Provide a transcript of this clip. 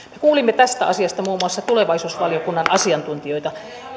kuulimme tästä asiasta muun muassa tulevaisuusvaliokunnan asiantuntijoita